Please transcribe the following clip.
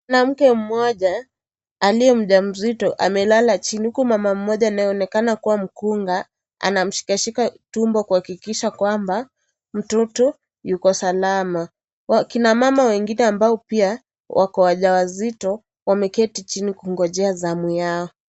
Mwanamke mmoja aliye mjamzito amelala chini, huku mama mmoja anayeonekana kuwa mkunga, anamshikashika tumbo kuhakikisha kwamba, mtoto yuko salama. Kina mama wengine, ambao pia wako wajawazito, wameketi chini kungojea zamu yao.